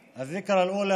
זיכרון,